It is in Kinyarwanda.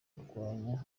kurwanya